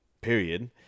Period